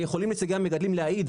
ויכולים נציגי המגדלים להעיד,